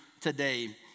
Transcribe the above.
today